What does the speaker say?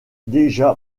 déjà